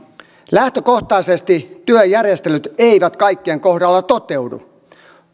lähtökohtaisesti työjärjestelyt eivät kaikkien kohdalla toteudu